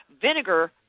vinegar